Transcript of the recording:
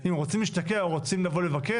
אם הם רוצים להשתקע או רוצים לבוא לבקר?